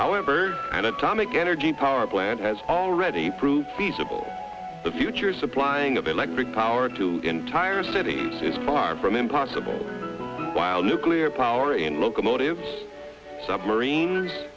however an atomic energy power plant has already proved feasible the future supplying of electric power to entire cities is far from impossible while nuclear power in locomotives submarine